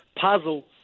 puzzle